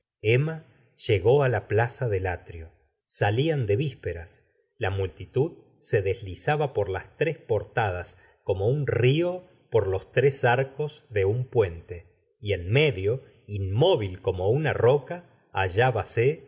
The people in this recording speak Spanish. emma llegó á la plaza del atrio salían de vísperas la multitud se deslizaba por las tres portadas como un río por los tres arcos de un puente y en medio inmóvil como una roca